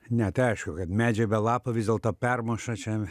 ne tai aišku kad medžiai be lapų vis dėlto permuša čia